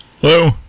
Hello